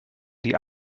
die